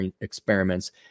experiments